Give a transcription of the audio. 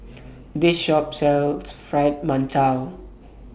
This Shop sells Fried mantou